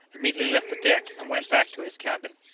immediately left the deck, and went back to his cabin.